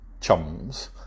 chums